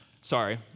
sorry